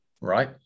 right